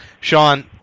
Sean